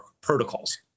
protocols